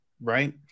right